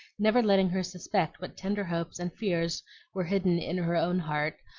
never letting her suspect what tender hopes and fears were hidden in her own heart,